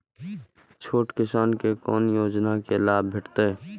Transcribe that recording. छोट किसान के कोना योजना के लाभ भेटते?